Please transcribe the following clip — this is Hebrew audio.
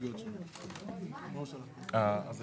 ההסתייגות האחרונה של חבר הכנסת ינון אזולאי,